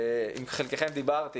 עם חלקכם דיברתי,